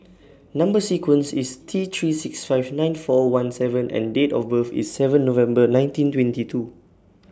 Number sequence IS T three six five nine four one seven M and Date of birth IS seven November nineteen twenty two